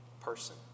person